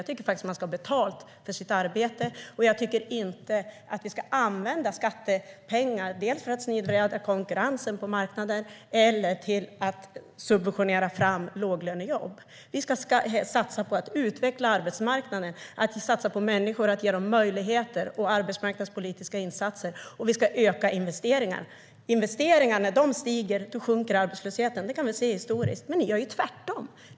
Jag tycker faktiskt att man ska ha betalt för sitt arbete, och jag tycker inte att vi ska använda skattepengar vare sig för att snedvrida konkurrensen på marknader eller för att subventionera fram låglönejobb. Vi ska satsa på att utveckla arbetsmarknaden. Vi ska satsa på människor - ge dem möjligheter och arbetsmarknadspolitiska insatser - och vi ska öka investeringarna. När investeringarna stiger sjunker arbetslösheten; det kan vi se historiskt. Ni gör dock tvärtom.